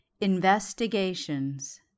Investigations